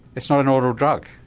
it's not an oral drug?